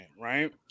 right